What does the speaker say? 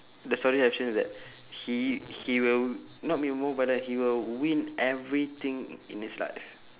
the story have change is that he he will not be more violent he will win everything in his life